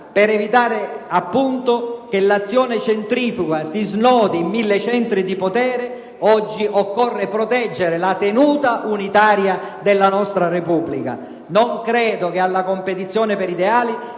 Per evitare che l'azione centrifuga si snodi in mille centri di potere, oggi occorre proteggere la tenuta unitaria della nostra Repubblica. Non credo che alla competizione per ideali